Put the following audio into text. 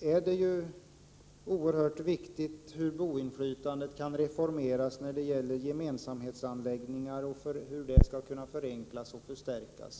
är det oerhört viktigt att ta reda på hur detta inflytande kan reformeras när det gäller gemensamhetsanläggningar och hur detta inflytande skall kunna förenklas och förstärkas.